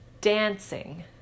Dancing